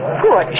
poor